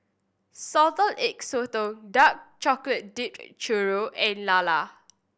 Salted Egg Sotong Dark Chocolate Dipped Churro and Lala